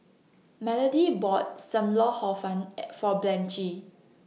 Melody bought SAM Lau Hor Fun At For Blanchie